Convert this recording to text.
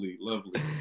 lovely